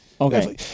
Okay